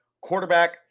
quarterback